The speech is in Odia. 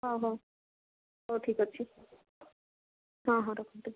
ଅ ହଉ ଠିକ୍ ଅଛି ହଁ ହଁ ରଖନ୍ତୁ